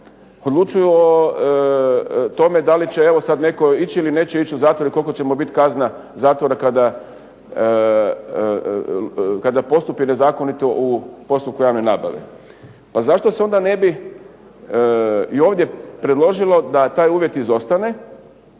odlučuju o tome da li će evo sad netko ići ili neće ići u zatvor i koliko će mu biti kazna zatvora kada postupi nezakonito u postupku javne nabave. Pa zašto se onda ne bi i ovdje predložilo da taj uvjet izostane,